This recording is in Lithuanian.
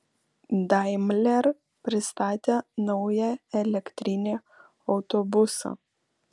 daimler pristatė naują elektrinį autobusą